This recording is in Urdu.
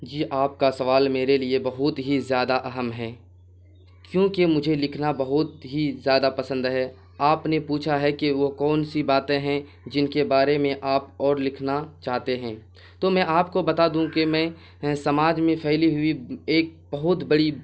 جی آپ کا سوال میرے لیے بہت ہی زیادہ اہم ہے کیونکہ مجھے لکھنا بہت ہی زیادہ پسند ہے آپ نے پوچھا ہے کہ وہ کون سی باتیں ہیں جن کے بارے میں آپ اور لکھنا چاہتے ہیں تو میں آپ کو بتا دوں کہ میں سماج میں پھیلی ہوئی ایک بہت بڑی